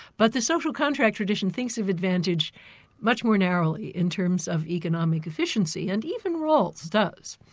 but the social contract tradition thinks of advantage much more narrowly in terms of economic efficiency, and even rawls does.